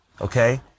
okay